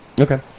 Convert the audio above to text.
Okay